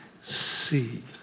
see